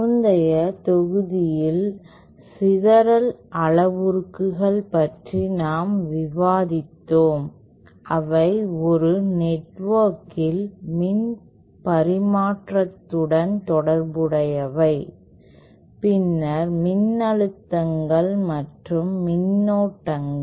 முந்தைய தொகுதியில் சிதறல் அளவுருக்கள் பற்றி நாம் விவாதித்தோம் அவை ஒரு நெட்வொர்க்கில் மின் பரிமாற்றத்துடன் தொடர்புடையவை பின்னர் மின்னழுத்தங்கள் மற்றும் மின்னோட்டங்கள்